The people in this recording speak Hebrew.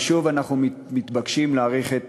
ושוב אנחנו מתבקשים להאריך את